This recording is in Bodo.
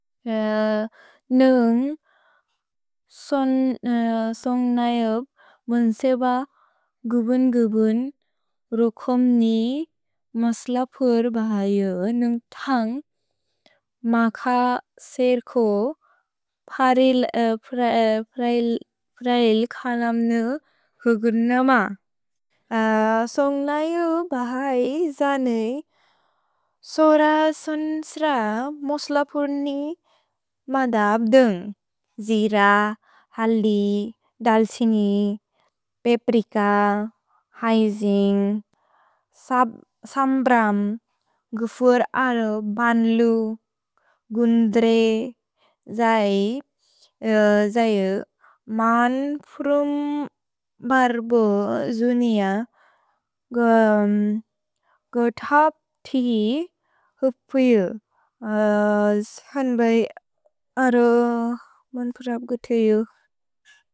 न्न्ग् स्न्ग्न्य्ब् बुन्सेब गुबुन्-गुबुन् रुकोम् न् मस्लपुर् ब्ह्य् न्न्ग् थ्न्ग् म्ख सेर्को प्रएलेच्तिओनेम् न् हुगुर्न्म। स्न्ग्न्य्ब् ब्ह्य् ज्न् स्र सोन्स्र मस्लपुर् न् मदप् द्न्ग् ज्र, हल्, दल्सिन्, पेप्रिक, हैज्न्ग्, सम्ब्रम्, गुफ्र् अरो बन्लु, गुन्द्रे, स्न्ग्न्य्ब् ब्ह्य् ज्य् म्न् फ्रुम् बर्बो ज्न्अ, गु थप् त् हुप्य्। स्न्ग्न्य्ब् ब्ह्य् अरो मन् पुरप् गु त् यु।